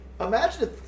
Imagine